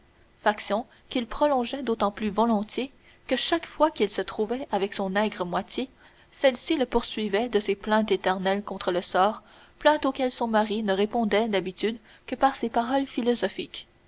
faction qu'il prolongeait d'autant plus volontiers que chaque fois qu'il se retrouvait avec son aigre moitié celle-ci le poursuivait de ses plaintes éternelles contre le sort plaintes auxquelles son mari ne répondait d'habitude que par ces paroles philosophiques